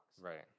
Right